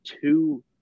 two